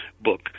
book